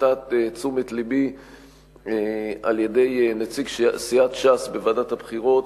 הופנתה תשומת לבי על-ידי נציג סיעת ש"ס בוועדת הבחירות